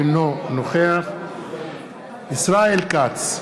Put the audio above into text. אינו נוכח ישראל כץ,